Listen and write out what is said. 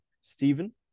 Stephen